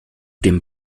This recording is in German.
dem